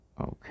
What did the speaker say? okay